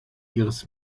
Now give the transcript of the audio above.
ihres